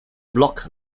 block